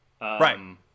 Right